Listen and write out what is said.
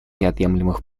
неотъемлемых